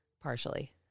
partially